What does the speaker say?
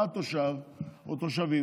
בא תושב או תושבים,